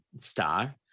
star